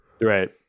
Right